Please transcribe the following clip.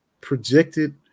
projected